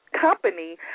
Company